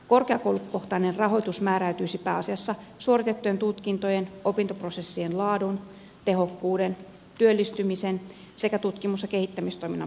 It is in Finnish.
korkeakoulukohtainen rahoitus määräytyisi pääasiassa suoritettujen tutkintojen opintoprosessien laadun tehokkuuden työllistymisen sekä tutkimus ja kehittämistoiminnan perusteella